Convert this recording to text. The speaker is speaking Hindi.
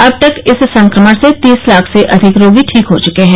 अब तक इस संक्रमण से तीस लाख से अधिक रोगी ठीक हो चुके हैं